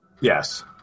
Yes